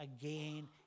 again